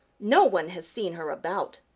no one has seen her about.